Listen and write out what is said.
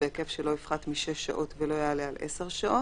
בהיקף שלא יפחת מ-6 שעות ולא יעלה על 10 שעות,